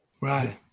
right